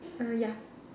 err ya